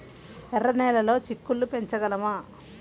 ఎర్ర నెలలో చిక్కుళ్ళు పెంచగలమా?